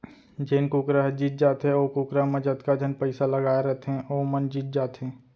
जेन कुकरा ह जीत जाथे ओ कुकरा म जतका झन पइसा लगाए रथें वो मन जीत जाथें